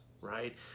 right